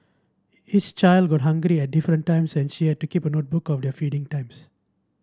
each child got hungry at different times and she had to keep a notebook of their feeding times